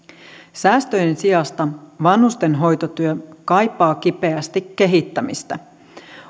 säästöjen sijasta vanhustenhoitotyö kaipaa kipeästi kehittämistä